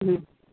হুম